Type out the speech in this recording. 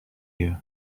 you